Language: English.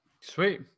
sweet